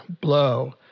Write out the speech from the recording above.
blow